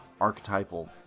archetypal